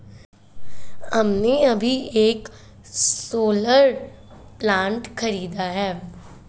हमने अभी एक सोलर प्लांट खरीदा है